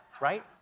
right